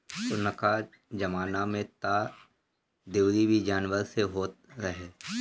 पुरनका जमाना में तअ दवरी भी जानवर से होत रहे